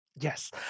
yes